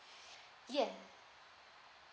yes